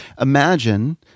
Imagine